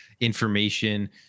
information